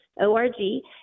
O-R-G